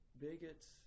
bigots